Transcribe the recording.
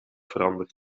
veranderd